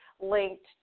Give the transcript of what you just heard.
linked